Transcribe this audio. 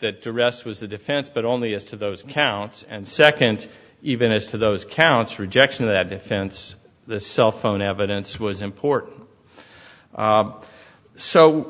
that the rest was the defense but only as to those counts and second even as to those counts rejection of that defense the cell phone evidence was important